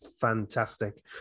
fantastic